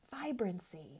Vibrancy